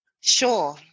Sure